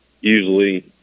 usually